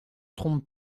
trompe